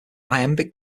iambic